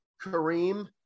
Kareem